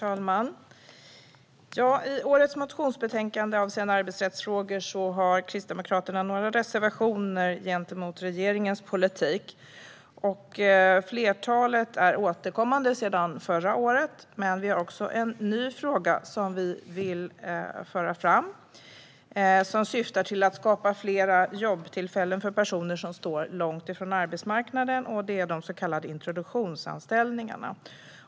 Herr talman! I årets motionsbetänkande avseende arbetsrättsfrågor har Kristdemokraterna några reservationer gentemot regeringens politik. Flertalet är återkommande sedan förra året, men vi har också en ny fråga som vi vill föra fram. Det handlar om att skapa fler jobbtillfällen för personer som står långt från arbetsmarknaden genom så kallade introduktionsanställningar.